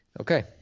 Okay